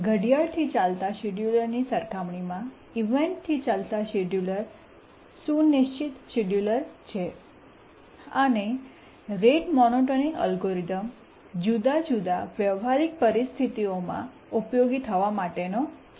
ઘડિયાળથી ચાલતા શેડ્યુલરની સરખામણીમાં ઇવેન્ટથી ચાલતા શેડ્યુલર સુનિશ્ચિત શેડ્યુલર છે અને રેટ મોનોટોનિક અલ્ગોરિધમ જુદા જુદા વ્યવહારિક પરિસ્થિતિઓમાં ઉપયોગી થવા માટે નો છે